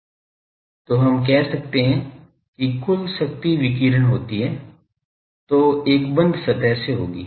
तो हम कह सकते हैं कि कुल शक्ति विकीर्ण होती है वो एक बंद सतह से होगी